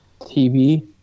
TV